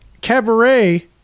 cabaret